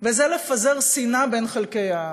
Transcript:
וזה לפזר שנאה בין חלקי העם.